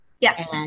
yes